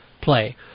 play